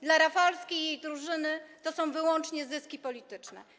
Dla Rafalskiej i jej drużyny to są wyłącznie zyski polityczne.